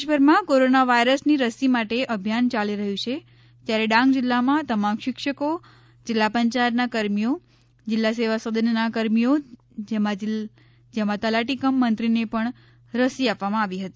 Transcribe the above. દેશભરમાં કોરોના વાઈરસની રસી માટે અભિયાન યાલી રહ્યુ છે ત્યારે ડાંગજિલ્લામાં તમામ શિક્ષકો જિલ્લા પંચાયતના કર્મીઓ જિલ્લા સેવા સદનના કર્મીઓ જેમાં તલાટી કમ મંત્રીને પણ રસી આપવામાં આવીહતી